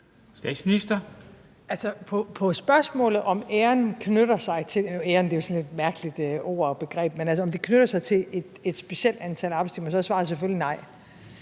men på spørgsmålet, om ære knytter sig til et specielt antal arbejdstimer, er svaret selvfølgelig nej.